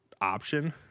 option